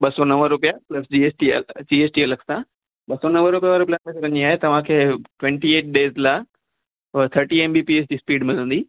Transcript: ॿ सौ नव रुपिया plus G S T G S T अलगि सां ॿ सौ नव रुपये वारे प्लेन में त ईअं आहे तव्हांखे ट्वेंटी एट डेज़ लाइ पो thirty M B P H G speed मिलंदी